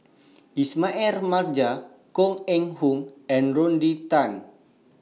Ismail Marjan Koh Eng Hoon and Rodney Tan